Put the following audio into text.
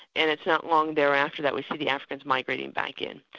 and it's not long thereafter that we see the africans migrating back in.